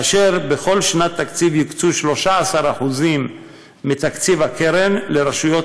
ובכל שנת תקציב יוקצו 13% מתקציב הקרן לרשויות